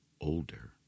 older